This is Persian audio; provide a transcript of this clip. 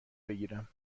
بگیرم